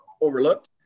overlooked